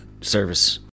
service